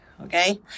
Okay